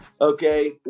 okay